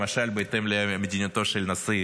למשל בהתאם למדיניותו של נשיא